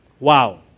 Wow